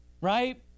right